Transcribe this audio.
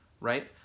right